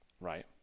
right